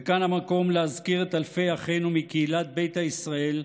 וכאן המקום להזכיר את אלפי אחינו מקהילת ביתא ישראל,